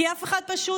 כי אף אחד פשוט,